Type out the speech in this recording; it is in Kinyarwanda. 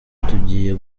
tugiye